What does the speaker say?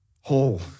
whole